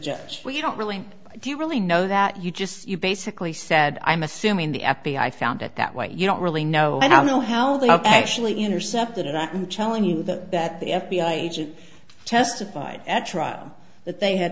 judge we don't really do you really know that you just you basically said i'm assuming the f b i found it that way you don't really know i don't know how they have actually intercepted it i am telling you that that the f b i agent testified at trial that they had